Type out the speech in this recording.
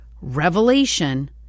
revelation